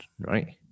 right